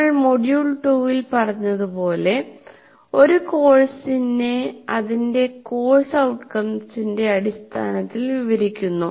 നമ്മൾ മൊഡ്യൂൾ 2 ൽ പറഞ്ഞതുപോലെ "ഒരു കോഴ്സിനെ അതിന്റെ കോഴ്സ് ഔട്ട്കംസിന്റെ അടിസ്ഥാനത്തിൽ വിവരിക്കുന്നു